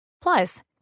Plus